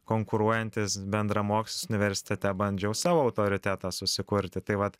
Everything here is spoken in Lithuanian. konkuruojantis bendramoks universitete bandžiau savo autoritetą susikurti tai vat